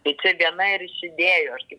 tai čia viena ir iš idėjų aš kaip